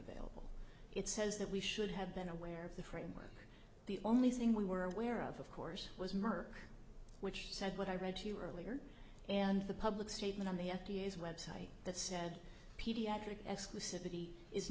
available it says that we should have been aware of the framework the only thing we were aware of of course was merck which said what i read to you earlier and the public statement on the f d a is website that said pediatric exclusivity is